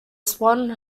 swan